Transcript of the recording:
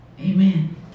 Amen